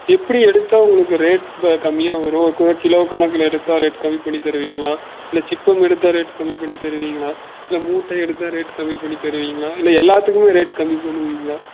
எப்படி எடுத்தால் உங்களுக்கு ரேட் ப கம்மியாக வரும் கோ கிலோ கணக்கில் எடுத்தால் ரேட் கம்மி பண்ணித் தருவீங்களா இல்லை சிப்பம் எடுத்தால் ரேட் கம்மி பண்ணித் தருவீங்களா இல்லை மூட்டை எடுத்தால் ரேட் கம்மி பண்ணித் தருவீங்களா இல்லை எல்லாத்துக்குமே ரேட் கம்மி பண்ணுவீங்களா